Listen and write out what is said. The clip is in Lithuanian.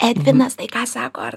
edvinas tai ką sako ar